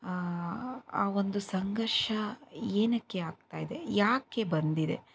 ಆ ಒಂದು ಸಂಘರ್ಷ ಏನಕ್ಕೆ ಆಗ್ತಾಯಿದೆ ಯಾಕೆ ಬಂದಿದೆ